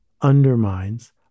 undermines